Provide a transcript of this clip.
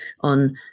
on